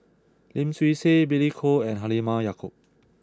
Lim Swee Say Billy Koh and Halimah Yacob